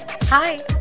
Hi